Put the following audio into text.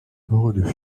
road